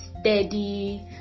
steady